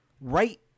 Right